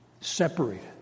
separated